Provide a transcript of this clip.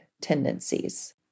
tendencies